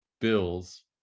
Bills